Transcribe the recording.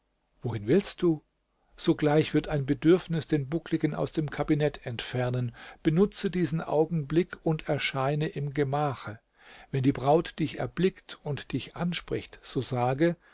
wohin willst du sogleich wird ein bedürfnis den buckligen aus dem kabinet entfernen benutzte diesen augenblick und erscheine im gemache wenn die braut dich erblickt und dich anspricht so sage